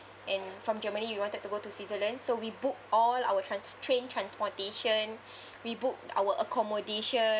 and from germany we wanted to go to switzerland so we booked all our trans~ train transportation we booked our accommodation